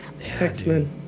X-Men